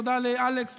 תודה לאלכס,